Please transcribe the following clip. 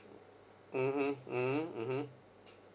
mmhmm mmhmm mmhmm